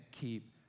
keep